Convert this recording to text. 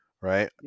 Right